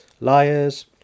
Liars